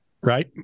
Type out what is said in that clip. right